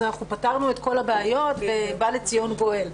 אז אנחנו פתרנו את כל הבעיות ובא לציון גואל.